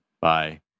Bye